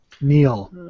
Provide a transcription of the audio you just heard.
Neil